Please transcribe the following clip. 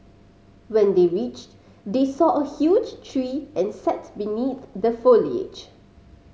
when they reached they saw a huge tree and sat beneath the foliage